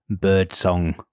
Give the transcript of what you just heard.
Birdsong